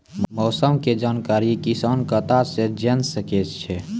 मौसम के जानकारी किसान कता सं जेन सके छै?